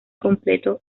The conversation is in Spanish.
completo